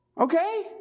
Okay